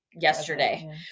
yesterday